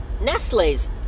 Nestle's